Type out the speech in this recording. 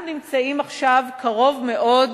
אנחנו נמצאים עכשיו קרוב מאוד